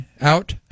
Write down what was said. out